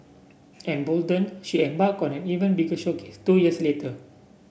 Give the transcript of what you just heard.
emboldened she embarked on an even bigger showcase two years later